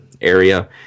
area